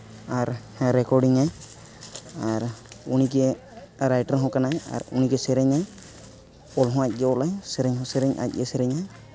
ᱟᱨ ᱦᱟᱸᱜᱼᱮ ᱨᱮᱠᱚᱲᱤᱝ ᱟᱭ ᱟᱨ ᱩᱱᱤᱜᱮ ᱨᱟᱭᱴᱟᱨ ᱦᱚᱸ ᱠᱟᱱᱟᱭ ᱟᱨ ᱩᱱᱤᱜᱮ ᱥᱮᱨᱮᱧᱟᱭ ᱚᱞ ᱦᱚᱸ ᱟᱡᱽᱜᱮ ᱚᱞᱟᱭ ᱥᱮᱨᱮᱧᱦᱚᱸ ᱟᱡᱽᱜᱮ ᱥᱮᱨᱮᱧᱟᱭ